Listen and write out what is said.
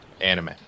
anime